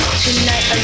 tonight